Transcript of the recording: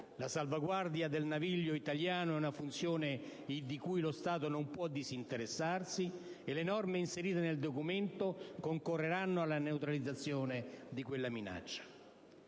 La salvaguardia del naviglio italiano è una funzione di cui lo Stato non può disinteressarsi e le norme inserite nel provvedimento concorreranno alla neutralizzazione di quella minaccia.